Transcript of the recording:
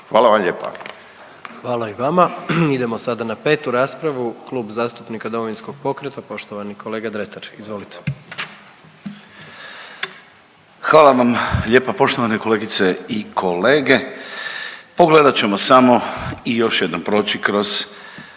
Gordan (HDZ)** Hvala i vama. Idemo sada na 5. raspravu, Klub zastupnika Domovinskog pokreta, poštovani kolega Dretar. Izvolite. **Dretar, Davor (DP)** Hvala vam lijepa poštovane kolegice i kolege. Pogledat ćemo samo i još jednom proći kroz